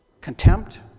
contempt